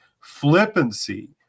flippancy